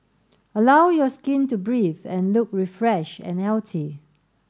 allow your skin to breathe and look refreshed and healthy